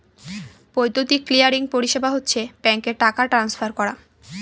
বৈদ্যুতিক ক্লিয়ারিং পরিষেবা হচ্ছে ব্যাঙ্কে টাকা ট্রান্সফার করা